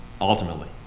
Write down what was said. ultimately